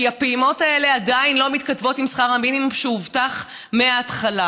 כי הפעימות האלה עדיין לא מתכתבות עם שכר המינימום שהובטח מהתחלה,